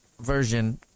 version